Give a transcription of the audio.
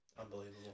Unbelievable